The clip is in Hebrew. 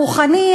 רוחאני,